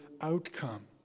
outcome